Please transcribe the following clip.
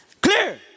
Clear